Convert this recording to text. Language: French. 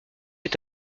est